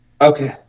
Okay